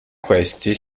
questi